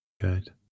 Good